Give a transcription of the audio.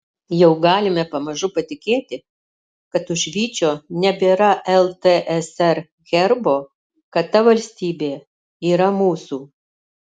jau galime pamažu patikėti kad už vyčio nebėra ltsr herbo kad ta valstybė yra mūsų